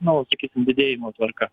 nu sakysim didėjimo tvarka